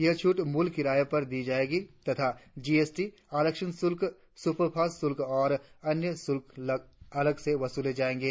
यह छूट मूल किराए पर दी जाएगी तथा जीएसटी आरक्षण शुल्क सुपरफास्ट शुल्क तथा अन्य शुल्क अलग से वसूले जाएंगे